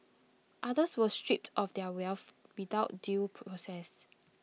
others were stripped of their wealth without due process